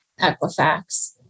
Equifax